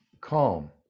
calm